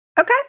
Okay